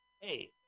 Hey